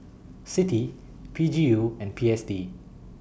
CITI P G U and P S D